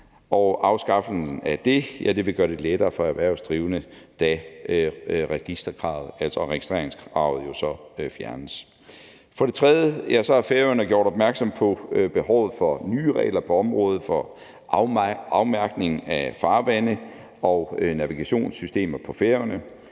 og afskaffelsen af det vil gøre det lettere for erhvervsdrivende, da registreringskravet jo så fjernes. For det tredje har Færøerne gjort opmærksom på behovet for nye regler på området for afmærkning af farvande og navigationssystemer på Færøerne,